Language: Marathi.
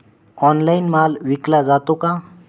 ऑनलाइन माल विकला जातो का?